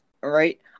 right